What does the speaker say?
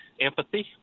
empathy